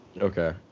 okay